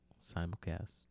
simulcast